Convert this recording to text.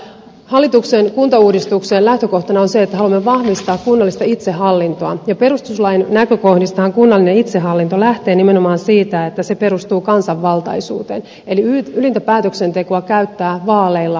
hallituksen kuntauudistuksen lähtökohtana on se että haluamme vahvistaa kunnallista itsehallintoa ja perustuslain näkökohdistahan kunnallinen itsehallinto lähtee nimenomaan siitä että se perustuu kansanvaltaisuuteen eli ylintä päätöksentekoa käyttää vaaleilla valittu valtuusto